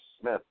Smith